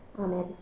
Amen